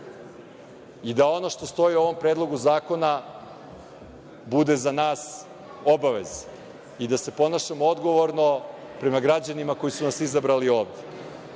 i da ono što stoji u ovom Predlogu zakona bude za nas obaveza i da se ponašamo odgovorno prema građanima koji su nas izabrali